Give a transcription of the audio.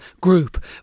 group